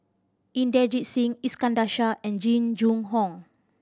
Inderjit Singh Iskandar Shah and Jing Jun Hong